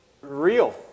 Real